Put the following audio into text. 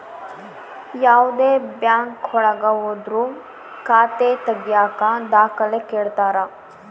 ಯಾವ್ದೇ ಬ್ಯಾಂಕ್ ಒಳಗ ಹೋದ್ರು ಖಾತೆ ತಾಗಿಯಕ ದಾಖಲೆ ಕೇಳ್ತಾರಾ